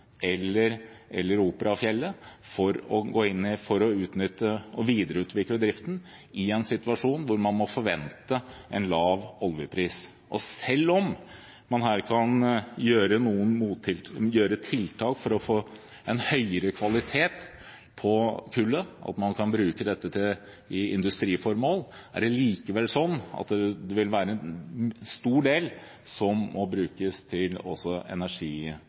eller Operafjellet, for å utnytte og videreutvikle driften i en situasjon hvor man må forvente en lav oljepris. Selv om man her kan gjøre noen tiltak for å få en høyere kvalitet på kullet slik at man kan bruke dette til industriformål, er det likevel sånn at det vil være en stor del som også må brukes til